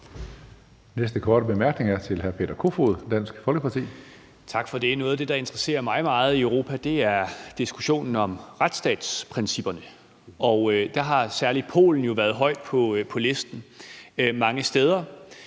Næste korte bemærkning er til hr. Peter Kofod, Dansk Folkeparti. Kl. 19:10 Peter Kofod (DF): Tak for det. Noget af det, der interesserer mig meget i Europa, er diskussionen om retsstatsprincipperne. Der har særlig Polen jo været højt på listen mange steder,